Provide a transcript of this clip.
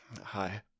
Hi